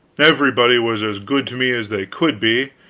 everybody was as good to me as they could be,